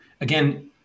again